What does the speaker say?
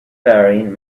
faring